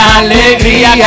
alegría